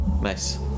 nice